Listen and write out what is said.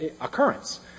occurrence